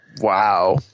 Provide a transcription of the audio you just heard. Wow